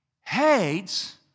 hates